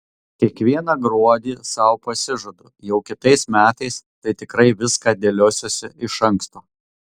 kiekvieną gruodį sau pasižadu jau kitais metais tai tikrai viską dėliosiuosi iš anksto